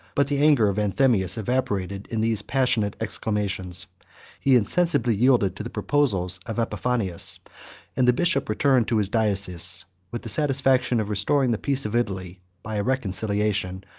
but the anger of anthemius evaporated in these passionate exclamations he insensibly yielded to the proposals of epiphanius and the bishop returned to his diocese with the satisfaction of restoring the peace of italy, by a reconciliation,